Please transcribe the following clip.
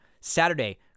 Saturday